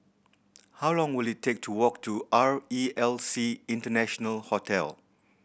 how long will it take to walk to R E L C International Hotel